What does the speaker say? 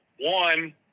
one